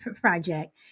project